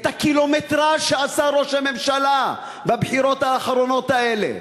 את הקילומטרז' שעשה ראש הממשלה בבחירות האחרונות האלה.